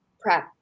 prep